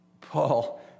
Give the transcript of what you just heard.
Paul